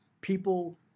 people